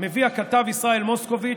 מביא הכתב ישראל מוסקוביץ',